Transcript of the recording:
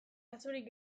kasurik